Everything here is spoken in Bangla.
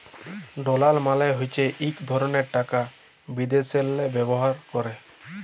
ডলার মালে হছে ইক ধরলের টাকা বিদ্যাশেল্লে ব্যাভার ক্যরে